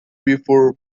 before